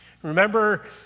Remember